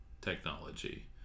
technology